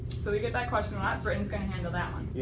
so we get that question a lot, britin's going to handle that one. yeah,